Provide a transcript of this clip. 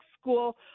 school